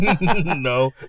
No